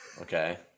Okay